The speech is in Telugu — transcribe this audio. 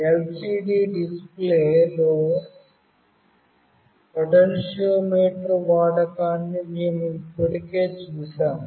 ఎల్సిడి డిస్ప్లేలో పొటెన్షియోమీటర్ వాడకాన్ని మేము ఇప్పటికే చూశాము